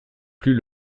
plus